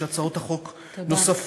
יש הצעת חוק נוספות,